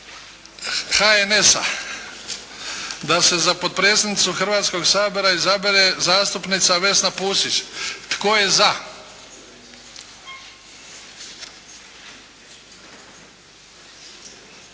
HNS-a., da se za potpredsjednicu Hrvatskoga sabora izabere zastupnica Vesna Pusić. Tko je za? Hvala.